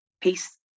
peace